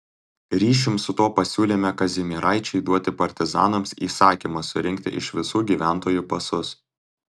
ryšium su tuo pasiūlėme kazimieraičiui duoti partizanams įsakymą surinkti iš visų gyventojų pasus